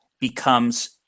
becomes